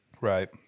Right